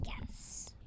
Yes